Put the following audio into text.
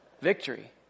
victory